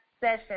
session